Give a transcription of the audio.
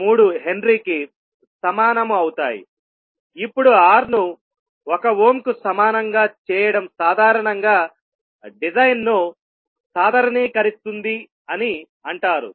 3 హెన్రీకి సమానం అవుతాయి ఇప్పుడు R ను 1 ఓమ్ కు సమానంగా చేయడం సాధారణంగా డిజైన్ను సాధారణీకరిస్తుందని అంటారు